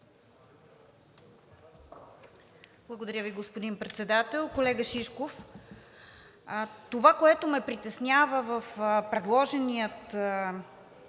Благодаря Ви, господин Председател. Колега Шишков, това, което ме притеснява в предложения